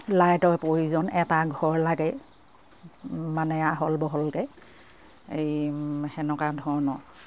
লাইটৰ প্ৰয়োজন এটা ঘৰ লাগে মানে আহল বহলকে এই সেনেকুৱা ধৰণৰ